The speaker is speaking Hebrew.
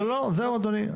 לא, לא, זהו אדוני.